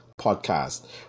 podcast